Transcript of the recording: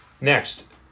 Next